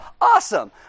awesome